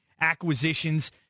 acquisitions